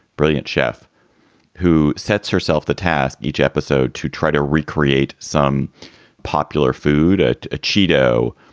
brilliant chef who sets herself the task each episode to try to recreate some popular food at a cheeto,